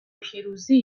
پیروزی